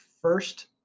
first